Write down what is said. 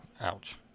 ouch